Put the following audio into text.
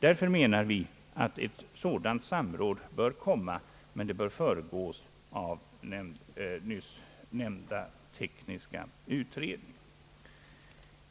Därför menar vi att ett sådant samråd bör komma men först föregås av nyssnämnda tekniska utredning.